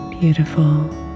Beautiful